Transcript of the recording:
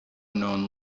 known